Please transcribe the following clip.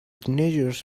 teenagers